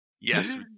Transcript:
Yes